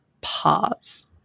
pause